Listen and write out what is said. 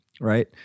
right